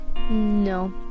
No